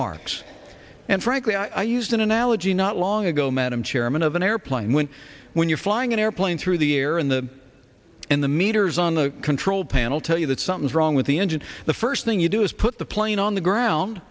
earmarks and frankly i used an analogy not long ago madam chairman of an airplane when when you're flying an airplane through the air in the in the meters on the control panel tell you that something's wrong with the engine the first thing you do is put the plane on the ground